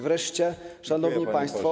Wreszcie, szanowni państwo.